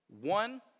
One